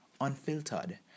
unfiltered